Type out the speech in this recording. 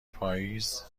پاییز